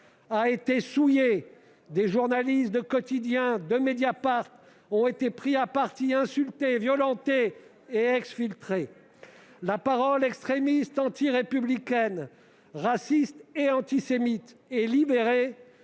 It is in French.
a été souillée : des journalistes de l'émission Quotidien et de Mediapart ont été pris à partie, insultés, violentés et exfiltrés. La parole extrémiste, antirépublicaine, raciste et antisémite s'est libérée.